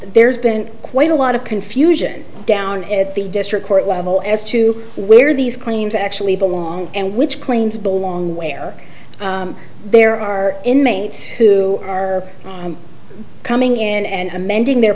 there's been quite a lot of confusion down at the district court level as to where these claims actually belong and which claims belong where there are inmates who are coming in and amending their